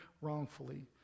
wrongfully